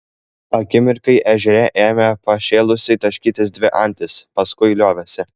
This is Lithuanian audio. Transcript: akimirkai ežere ėmė pašėlusiai taškytis dvi antys paskui liovėsi